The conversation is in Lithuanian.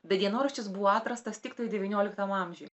bet dienoraštis buvo atrastas tiktai devynioliktame amžiuje